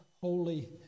holy